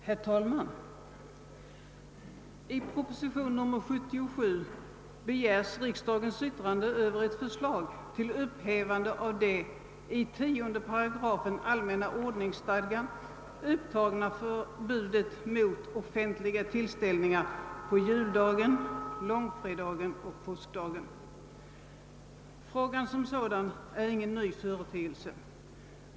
Herr talman! I proposition nr 77 begärs riksdagens yttrande över ett förslag till upphävande av det i 10 § allmänna ordningsstadgan upptagna förbudet mot offentliga tillställningar på juldagen, långfredagen och påskdagen. Frågan som sådan är ingen ny företeelse.